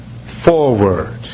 Forward